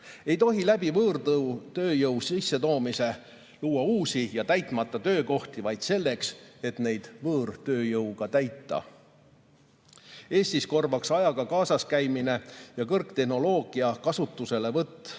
Ei tohi võõrtööjõu sissetoomise kaudu luua uusi töökohti vaid selleks, et neid võõrtööjõuga täita. Eestis korvaks ajaga kaasas käimine ja kõrgtehnoloogia kasutuselevõtt